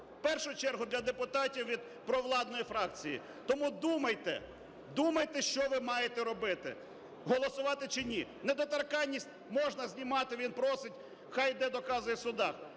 в першу чергу для депутатів від провладної фракції. Тому думайте, думайте, що ви маєте робити – голосувати чи ні. Недоторканність можна знімати, він просить, хай іде доказує в судах.